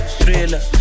thriller